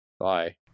bye